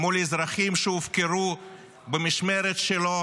מול אזרחים שהופקרו במשמרת שלו